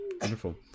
wonderful